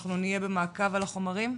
אנחנו נהיה במערב על החומרים,